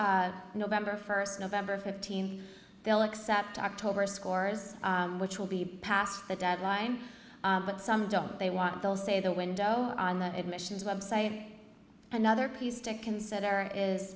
november first november fifteenth they'll accept october scores which will be past the deadline but some don't they want they'll say the window on the admissions website another piece to consider is